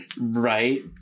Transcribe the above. Right